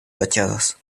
fachadas